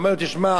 אמר לו, תשמע,